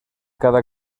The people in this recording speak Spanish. cada